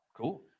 Cool